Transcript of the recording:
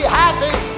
happy